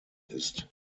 ist